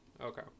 Okay